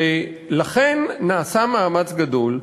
לכן נעשה מאמץ גדול.